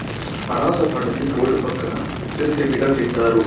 అనాస పండుని రోడ్డు పక్కన సిరు తిండిగా తింటారు